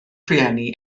rhieni